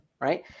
right